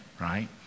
right